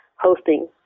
hosting